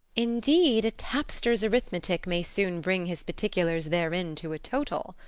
indeed a tapster's arithmetic may soon bring his particulars therein to a total.